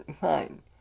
fine